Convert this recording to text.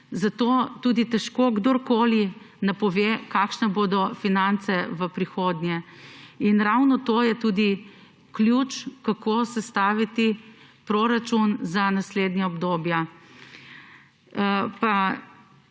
Zato tudi težko kdorkoli napove, kakšne bodo finance v prihodnje. In ravno to je ključ do tega, kako sestaviti proračun za naslednja obdobja.